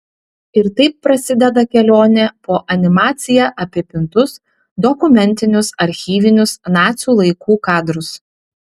ir taip prasideda kelionė po animacija apipintus dokumentinius archyvinius nacių laikų kadrus